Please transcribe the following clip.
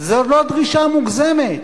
זו לא דרישה מוגזמת,